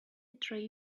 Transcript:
tray